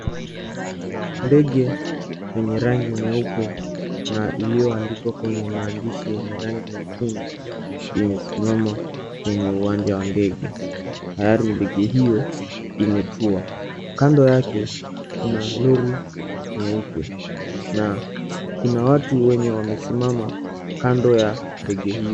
Ndege yenye rangi nyeupe, na iliyoandikwa kwenye maandishi yenye rangi nyekundu imesimama kwenye uwanja wa ndege, tayari ndege hiyo imetua. Kando yake kuna lori nyeupe na kuna watu wenye wamesimama kando ya ndege hiyo.